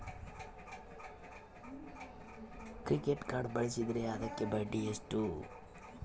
Credit card ಬಳಸಿದ್ರೇ ಅದಕ್ಕ ಬಡ್ಡಿ ಎಷ್ಟು?